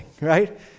right